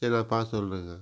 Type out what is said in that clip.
சரி நான் பார்த்து சொல்லுறங்க